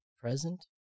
Present